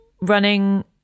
running